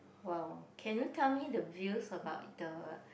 !wow! can you tell me the views about the